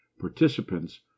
participants